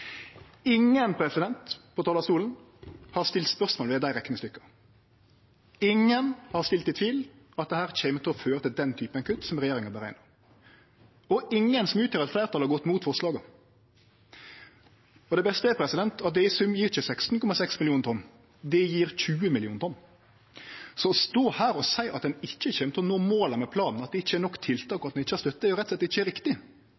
på talarstolen har stilt spørsmål ved desse reknestykka, ingen har dratt i tvil at dette kjem til å føre til den typen kutt som regjeringa har berekna, og ingen som utgjer eit fleirtal, har gått imot forslaga. Og det beste er at det i sum ikkje gjev 16,6 millionar tonn, det gjev 20 millionar tonn. Så å stå her og seie at ein ikkje kjem til å nå måla med planen, at vi ikkje har nok tiltak, og at vi ikkje